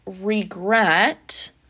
regret